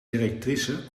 directrice